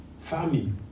Family